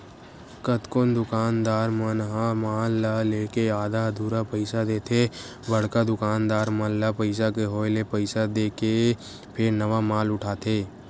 कतकोन दुकानदार मन ह माल ल लेके आधा अधूरा पइसा देथे बड़का दुकानदार मन ल पइसा के होय ले पइसा देके फेर नवा माल उठाथे